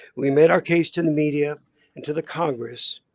we made our case to the media and to the congress.